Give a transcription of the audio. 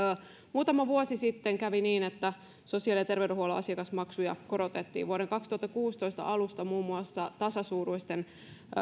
muutama vuosi sitten kävi niin että sosiaali ja terveydenhuollon asiakasmaksuja korotettiin vuoden kaksituhattakuusitoista alusta muun muassa tasasuuruisten